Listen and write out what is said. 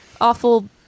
awful